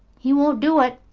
he won't do it.